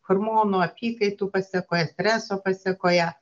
hormonų apykaitų pasekoje streso pasekoje